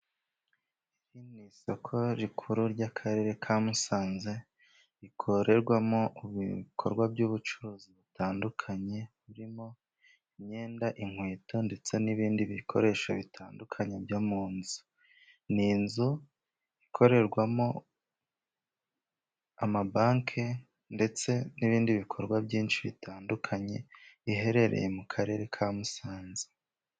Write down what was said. Iri ni isoko rikuru ry'Akarere ka Musanze rikorerwamo ibikorwa by'ubucuruzi butandukanye, buririmo imyenda, inkweto ndetse n'ibindi bikoresho bitandukanye byo mu nzu. Ni inzu ikorerwamo amabanki ndetse n'ibindi bikorwa byinshi bitandukanye biherereye mu Karere ka Musanze.